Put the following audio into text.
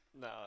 No